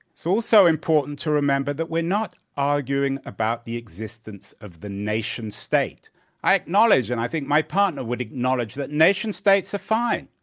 so also important to remember that we're not arguing about the existence of the nation-state. i acknowledge, and i think my partner would acknowledge, that nation-states are fine.